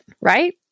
right